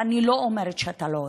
ואני לא אומרת שאתה לא עושה,